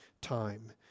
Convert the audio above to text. time